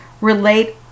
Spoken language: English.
relate